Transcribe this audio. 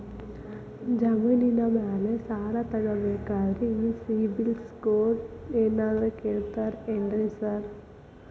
ಜಮೇನಿನ ಮ್ಯಾಲೆ ಸಾಲ ತಗಬೇಕಂದ್ರೆ ಈ ಸಿಬಿಲ್ ಸ್ಕೋರ್ ಏನಾದ್ರ ಕೇಳ್ತಾರ್ ಏನ್ರಿ ಸಾರ್?